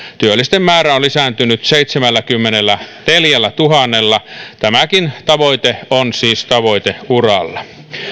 työllisten määrä on lisääntynyt seitsemälläkymmenelläneljällätuhannella tämäkin tavoite on siis tavoiteuralla